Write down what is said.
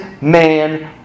man